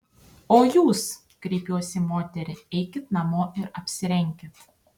o jūs kreipiuos į moterį eikit namo ir apsirenkit